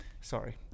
Sorry